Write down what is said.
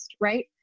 Right